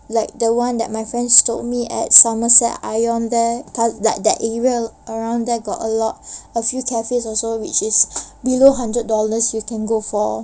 like the one that my friends told me at somerset ion there that that area around there got a lot a few cafes also which is below hundred dollars you can go for